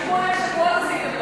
תיקון ליל שבועות עשיתם לנו.